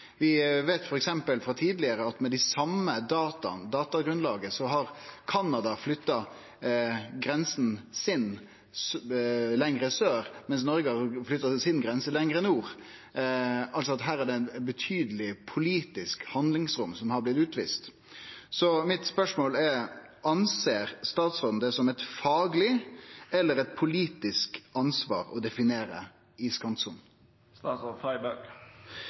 Vi veit frå tidlegare f.eks. at Canada med det same datagrunnlaget har flytta grensa si lenger sør, mens Noreg har flytta si grense lenger nord. Altså er det her eit betydeleg politisk handlingsrom som er blitt utvist. Mitt spørsmål er: Ser staten det som eit fagleg eller eit politisk ansvar å definere iskantsona? Jeg mener at jeg svarte på spørsmålet fra representanten Fylkesnes i